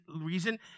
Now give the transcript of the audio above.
reason